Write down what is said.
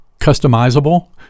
customizable